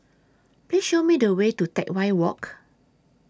Please Show Me The Way to Teck Whye Walk